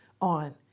on